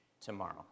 tomorrow